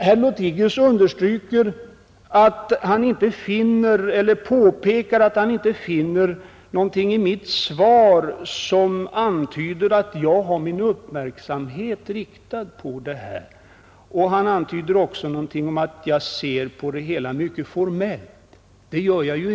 Herr Lothigius påpekar att han av mitt svar inte kan finna något som antyder att jag har min uppmärksamhet riktad på dessa saker. Han antyder också något om att jag ser på det hela mycket formellt. Nej, det gör jag inte.